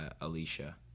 alicia